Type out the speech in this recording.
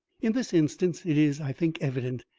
in this instance it is, i think, evident,